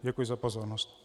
Děkuji za pozornost.